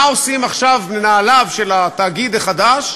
מה עושים עכשיו מנהליו של התאגיד החדש?